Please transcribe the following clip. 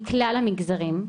מכלל המגזרים,